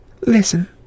listen